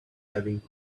having